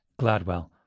Gladwell